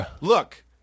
look